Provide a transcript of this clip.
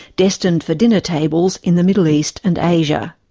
destined for dinner tables in the middle east and asia.